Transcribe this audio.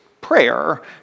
prayer